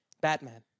Batman